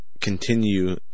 continue